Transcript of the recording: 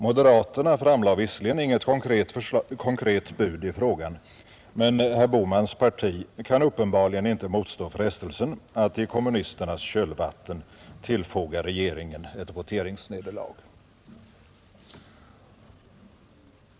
Moderaterna framlade visserligen inget konkret bud i frågan, men herr Bohmans parti kan uppenbarligen inte motstå frestelsen att i kommunisternas kölvatten tillfoga regeringen ett voteringsnederlag.